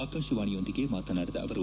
ಆಕಾಶವಾಣಿಯೊಂದಿಗೆ ಮಾತನಾಡಿದ ಅವರು